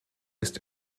ist